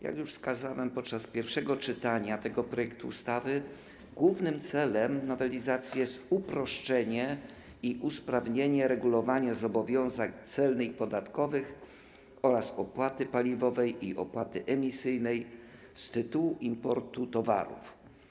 Jak już wskazałem podczas pierwszego czytania tego projektu ustawy, głównym celem nowelizacji jest uproszczenie i usprawnienie regulowania zobowiązań celnych i podatkowych oraz opłaty paliwowej i opłaty emisyjnej z tytułu importu towarów.